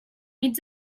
mig